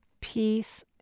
peace